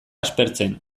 aspertzen